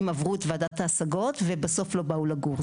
עברו את ועדת ההשגות ובסוף לא באו לגור.